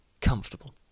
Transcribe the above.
comfortable